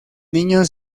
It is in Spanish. niño